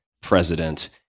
president